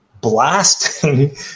blasting